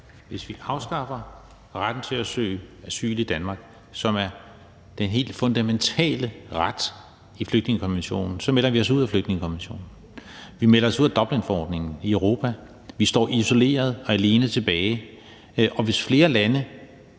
Hvis vi afskaffer retten til at søge asyl i Danmark, som er den helt fundamentale ret i flygtningekonventionen, så melder vi os ud af flygtningekonventionen. Vi melder os ud af Dublinforordningen i Europa. Vi står isoleret og alene tilbage. Og hvis flere lande